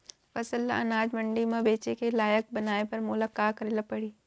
फसल ल अनाज मंडी म बेचे के लायक बनाय बर मोला का करे ल परही?